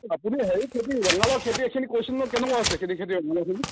আপুনি হেৰি খতি ৰঙালাও খেতিখিনি কৰিছিলো ন কেনেকুৱা আছে খেতি খিনি ৰঙালাওখিনি